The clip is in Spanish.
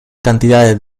cantidades